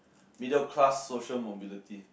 middle class social mobility